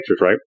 right